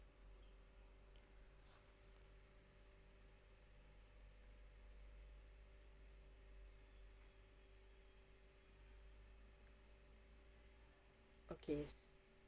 okay